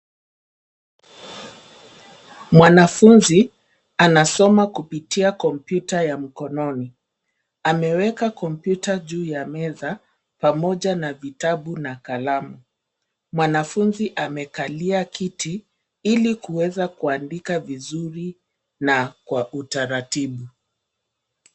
Mwanafunzi anasoma kupitia kompyuta ya mkononi. Ameweka kompyuta juu ya meza, pamoja na vitabu na kalamu. Mwanafunzi amekalia kiti, ili kuweza kuandika vizuri na kwa utaratibu.